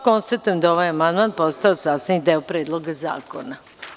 Konstatujem da je ovaj amandman postao sastavni deo Predloga zakona.